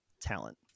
talent